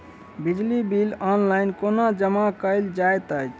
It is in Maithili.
बिजली बिल ऑनलाइन कोना जमा कएल जाइत अछि?